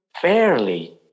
Fairly